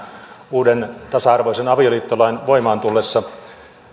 uuden tasa arvoisen avioliittolain voimaan tullessa